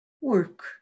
work